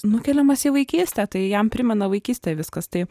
nukeliamas į vaikystę tai jam primena vaikystę viskas tai